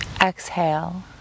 Exhale